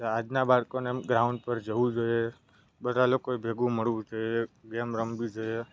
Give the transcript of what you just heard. જે આજના બાળકોને એમ ગ્રાઉન્ડ પર જવું જોઈએ બધા લોકોએ ભેગું મળવું જોઈએ ગેમ રમવી જોઈએ